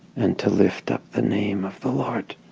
and to lift up the name of the lord,